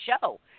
show